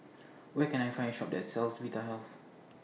Where Can I Find Shop that sells Vitahealth